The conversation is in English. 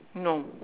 no